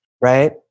right